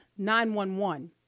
911